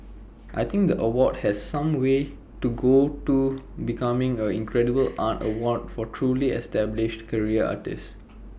I think the award has some way to go to becoming A credible art award for truly established career artists